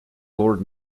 lord